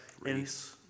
race